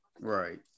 Right